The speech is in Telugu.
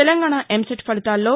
తెలంగాణ ఎంసెట్ ఫలితాల్లో